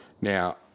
Now